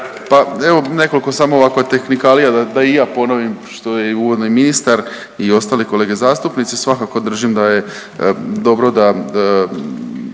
Pa evo nekoliko samo ovako tehnikalija da i ja ponovim što je i uvodno i ministar i ostali kolege zastupnici. Svakako držim da je dobro da